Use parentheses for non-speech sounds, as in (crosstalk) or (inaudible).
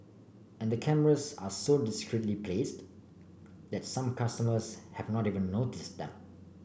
and the cameras are so (unintelligible) placed that some customers have not even notice them